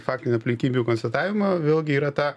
faktinių aplinkybių konstatavimo vėlgi yra ta